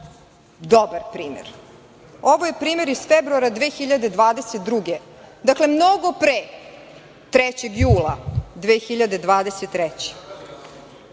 dobar primer. Ovo je primer iz februara 2022. godine. Dakle, mnogo pre 3. jula 2023.